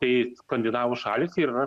tai skandinavų šalys ir yra